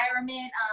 environment